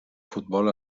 futbol